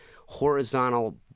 horizontal